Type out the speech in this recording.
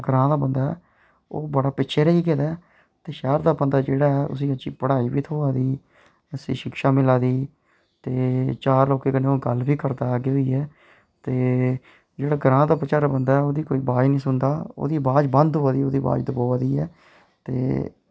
ग्रांऽ दा बंदा ऐ ओह् बड़ा पिच्छें रेही गेदा ऐ ते शैहर दा बंदा जेह्ड़ा ऐ उसी पढ़ाई बी थ्होआ दी अच्छी शिक्षा मिला दी ते चार बंदे कन्नै गल्ल बी करदा अग्गें आइयै ते जेह्ड़ा ग्रांऽ दा बेचारा बंदा ऐ ओह्दी कोई अवाज निं सुनदा ऐ ओह्दी अवाज बंद होआ दी ऐ ते